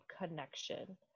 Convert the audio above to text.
connection